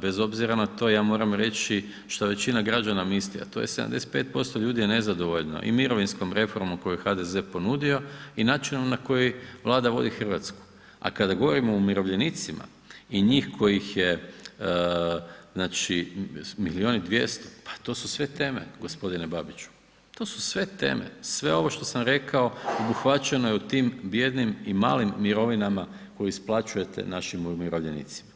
bez obzora na to, ja moram reći šta većina građana misli a to je 75% ljudi je nezadovoljno i mirovinskom reformom koju je HDZ ponudio i način na koji Vlada vodi Hrvatsku a kada govorimo o umirovljenicima i njih koje ih je milijun i 200, pa to su sve teme g. Babiću, to su sve teme, sve ovo što sam rekao obuhvaćeno je u tim bijednim i malim mirovinama koje isplaćujete našim umirovljenicima.